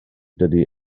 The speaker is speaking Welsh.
dyw